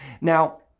Now